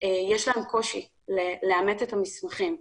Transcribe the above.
להם קושי לאמת את המסמכים.